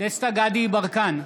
דסטה גדי יברקן,